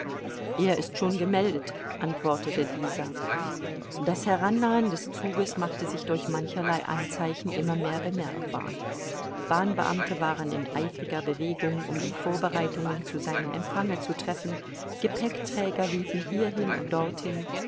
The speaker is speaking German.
er ist schon gemeldet antwortete dieser das herannahen des zuges machte sich durch mancherlei anzeichen immer mehr bemerkbar bahnbeamte waren in eifriger bewegung um die vorbereitungen zu seinem empfange zu treffen gepäckträger liefen hierhin und dorthin